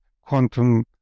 quantum